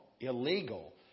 illegal